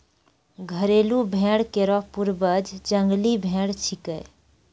घरेलू भेड़ केरो पूर्वज जंगली भेड़ छिकै